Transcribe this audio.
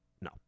No